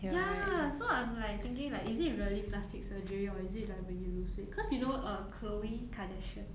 ya so I'm like thinking like is it really plastic surgery or is it like when you lose weight cause you know uh khloe kardashian